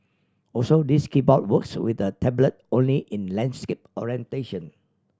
also this keyboard works with the tablet only in landscape orientation